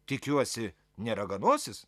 tikiuosi ne raganosis